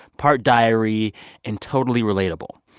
part diary and totally relatable.